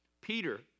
Peter